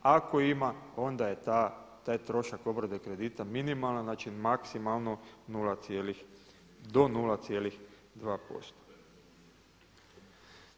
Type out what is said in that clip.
Ako ima onda je taj trošak obrade kredita minimalan, znači maksimalno do 0,2%